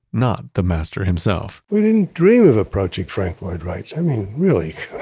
not the master himself we didn't dream of approaching frank lloyd wright, i mean really.